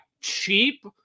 cheap